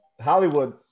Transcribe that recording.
Hollywood